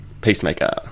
Peacemaker